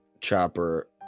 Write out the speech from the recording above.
Chopper